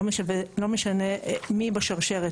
לא משנה מי בשרשרת,